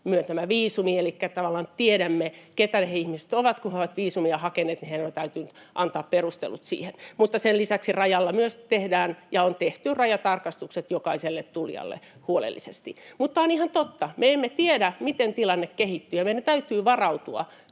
myöntämä viisumi, elikkä tavallaan tiedämme, keitä ne ihmiset ovat. Kun he ovat viisumia hakeneet, niin heidän on täytynyt antaa perustelut siihen. Sen lisäksi rajalla myös tehdään ja on tehty rajatarkastukset jokaiselle tulijalle huolellisesti. Mutta on ihan totta, että me emme tiedä, miten tilanne kehittyy, ja meidän täytyy varautua